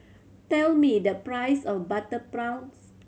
tell me the price of butter prawns